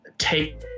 take